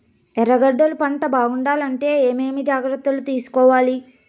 ఎర్రగడ్డలు పంట బాగుండాలంటే ఏమేమి జాగ్రత్తలు తీసుకొవాలి?